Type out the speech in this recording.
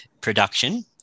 production